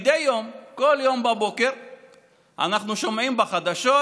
מדי יום, כל יום בבוקר אנחנו שומעים בחדשות